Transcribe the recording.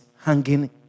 hanging